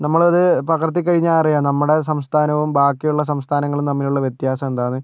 നമ്മളത് പകർത്തിക്കഴിഞ്ഞാൽ അറിയാം നമ്മുടെ സംസ്ഥാനവും ബാക്കിയുള്ള സംസ്ഥാനങ്ങളും തമ്മിലുള്ള വ്യത്യാസം എന്താണെന്ന്